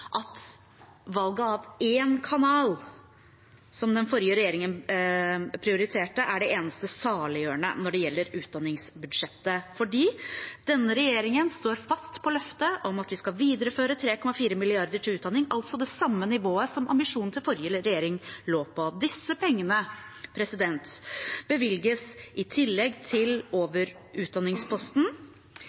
at valget av én kanal, som den forrige regjeringen prioriterte, er det eneste saliggjørende når det gjelder utdanningsbudsjettet. For denne regjeringen står fast på løftet om at vi skal videreføre 3,4 mrd. kr til utdanning, altså det samme nivået som ambisjonen til forrige regjering lå på. Disse pengene bevilges i tillegg til over utdanningsposten,